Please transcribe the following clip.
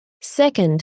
Second